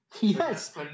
Yes